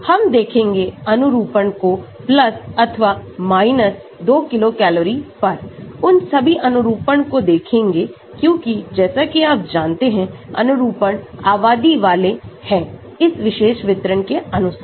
हम देखेंगे अनुरूपणको अथवा 2 किलोकैलोरीपर उन सभी अनुरूपणको देखेंगेक्योंकि जैसा कि आप जानते हैं अनुरूपण आबादी वाले हैं इस विशेष वितरण के अनुसार